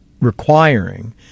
requiring